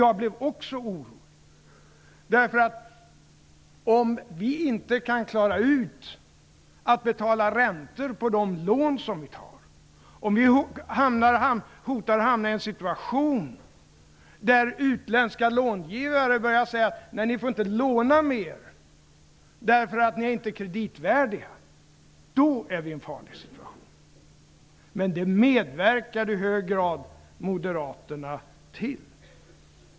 Jag blev också orolig. Om vi inte kan klara att betala räntor på de lån som vi tar och om vi hotar att hamna i en situation där utländska långivare börjar säga att vi inte får låna mera, därför att vi inte är kreditvärdiga, är vi i en farlig situation. Detta medverkar Moderaterna i hög grad till.